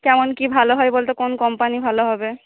কেমন কি ভাল হয় বলতো কোন কম্পানি ভাল হবে